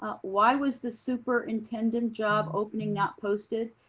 ah why was the superintendent job opening not posted?